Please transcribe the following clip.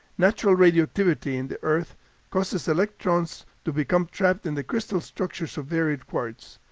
natural radioactivity in the earth causes electrons to become trapped in the crystal structures of buried quartz.